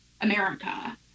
america